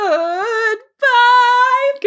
Goodbye